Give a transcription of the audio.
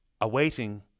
awaiting